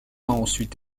ensuite